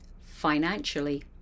financially